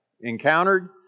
encountered